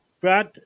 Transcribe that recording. Brad